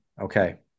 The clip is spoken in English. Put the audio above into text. Okay